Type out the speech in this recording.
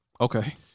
Okay